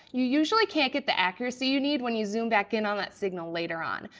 you usually can't get the accuracy you need when you zoom back in on that signal later on.